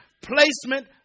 placement